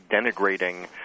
denigrating